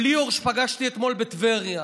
ליאור, שפגשתי אתמול בטבריה,